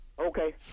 Okay